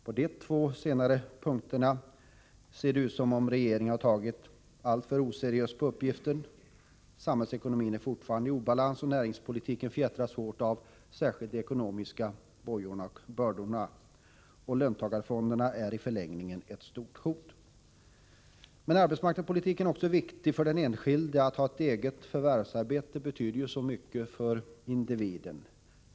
På de två punkterna ser det ut som om regeringen har tagit alltför oseriöst på uppgiften. Samhällsekonomin är fortfarande i obalans och näringspolitiken fjättras hårt särskilt av de ekonomiska bojorna och bördor na. Löntagarfonderna är i förlängningen ett stort hot. Men arbetsmarknadspolitiken är viktig också för den enskilde. Att ha ett eget förvärvsarbete betyder mycket för individen.